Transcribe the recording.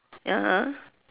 ya ah